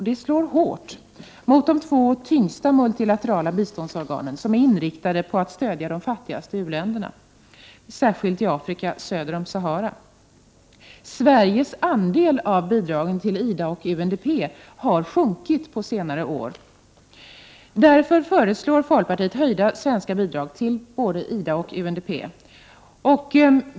Det slår hårt mot de två tyngsta multilaterala biståndsorganen, som är inriktade på att stödja de fattigaste u-länderna — särskilt i Afrika söder om Sahara. Sveriges andel av bidragen till IDA och UNDP har minskat under senare år. Därför föreslår vi i folkpartiet höjda svenska bidrag till både IDA och UNDP.